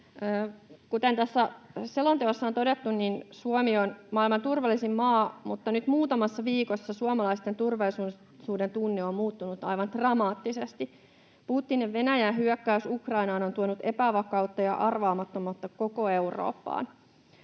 Kuten tässä selonteossa on todettu, Suomi on maailman turvallisin maa, mutta nyt muutamassa viikossa suomalaisten turvallisuudentunne on muuttunut aivan dramaattisesti. Putinin Venäjän hyökkäys Ukrainaan on tuonut epävakautta ja arvaamattomuutta koko Eurooppaan.